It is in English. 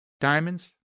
diamonds